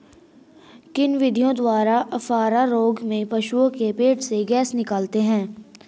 किन विधियों द्वारा अफारा रोग में पशुओं के पेट से गैस निकालते हैं?